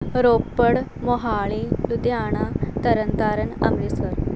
Ropar Mohali Ludhiana Tarn Taran Amritsar